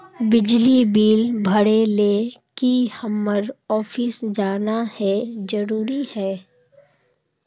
बिजली बिल भरे ले की हम्मर ऑफिस जाना है जरूरी है?